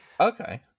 Okay